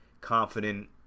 confident